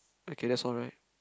okay that's all right